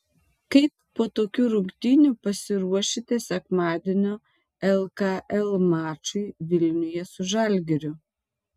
kaip po tokių rungtynių pasiruošite sekmadienio lkl mačui vilniuje su žalgiriu